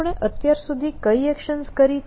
આપણે અત્યાર સુધી કઈ એક્શન્સ કરી છે